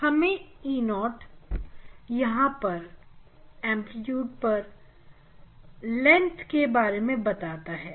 हमें E0 यहां पर एंप्लीट्यूड पर लेंथ के बारे में बताता है